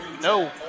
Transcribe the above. No